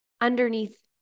underneath